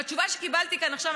והתשובה שקיבלתי כאן עכשיו,